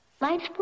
Lights